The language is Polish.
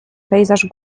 pejzaż